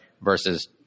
versus